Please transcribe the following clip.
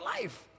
life